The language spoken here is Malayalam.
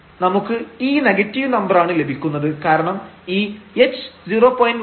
നമുക്ക് ഈ നെഗറ്റീവ് നമ്പറാണ് ലഭിക്കുന്നത് കാരണം ഈ h 0